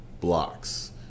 blocks